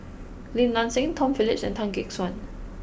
Lim Nang Seng Tom Phillips and Tan Gek Suan